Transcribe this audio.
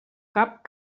cap